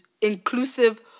inclusive